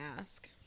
ask